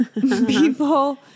people